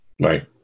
right